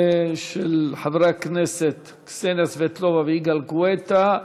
של חברי הכנסת קסניה סבטלובה ויגאל גואטה.